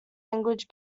language